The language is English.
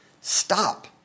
Stop